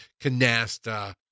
canasta